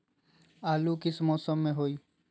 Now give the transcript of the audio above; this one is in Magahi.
आलू किस मौसम में होई?